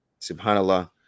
Subhanallah